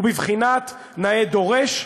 ובבחינת נאה דורש,